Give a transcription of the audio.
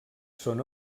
són